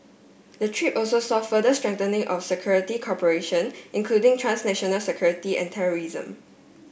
the trip also saw further strengthening of security cooperation including transnational security and terrorism